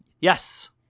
Yes